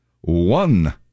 One